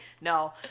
no